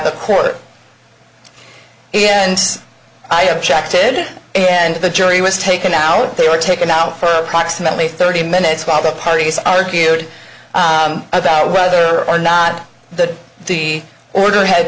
the court and i objected and the jury was taken out they were taken out for proximately thirty minutes while the parties argued about whether or not the order had